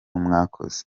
mwakoze